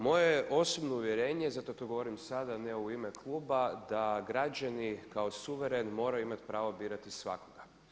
Moje je osobno uvjerenje, zato to govorim sada a ne u ime kluba da građani kao suveren moraju imati pravo birati svakoga.